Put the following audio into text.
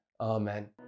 Amen